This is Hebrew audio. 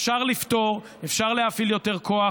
אפשר לפתור, אפשר להפעיל יותר כוח.